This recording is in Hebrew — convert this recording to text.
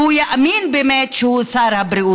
והוא יאמין באמת שהוא שר הבריאות,